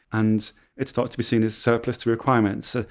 and it starts to be seen as surplus to requirements,